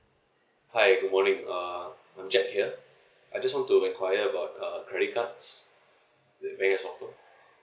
hi good morning uh I'm jack here I just want to enquire about uh credit cards the biggest offer